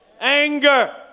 anger